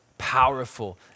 powerful